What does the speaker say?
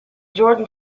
jordan